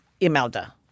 Imelda